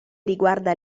riguarda